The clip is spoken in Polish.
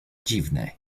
dziwne